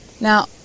now